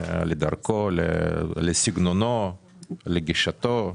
לדרכו, לסגנונו, לגישתו.